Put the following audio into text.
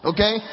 Okay